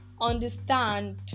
understand